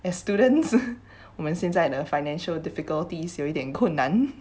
as students 我们现在的 financial difficulties 有一点困难